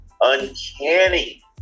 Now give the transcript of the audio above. Uncanny